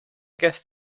guess